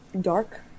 dark